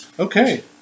Okay